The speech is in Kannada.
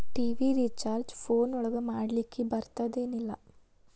ಟಿ.ವಿ ರಿಚಾರ್ಜ್ ಫೋನ್ ಒಳಗ ಮಾಡ್ಲಿಕ್ ಬರ್ತಾದ ಏನ್ ಇಲ್ಲ?